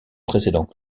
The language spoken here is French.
précédent